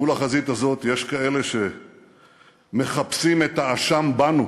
מול החזית הזאת יש כאלה שמחפשים את האשם בנו,